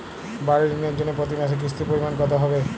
বাড়ীর ঋণের জন্য প্রতি মাসের কিস্তির পরিমাণ কত হবে?